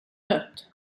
dött